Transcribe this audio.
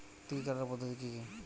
তিল কাটার পদ্ধতি কি কি?